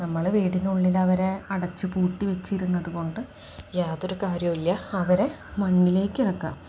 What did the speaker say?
നമ്മൾ വീട്ടിനുള്ളിലവരെ അടച്ചു പൂട്ടി വെച്ചിരുന്നതു കൊണ്ട് യാതൊരു കാര്യമില്ല അവരെ മണ്ണിലേക്കിറക്കുക